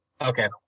okay